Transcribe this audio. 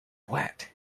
wet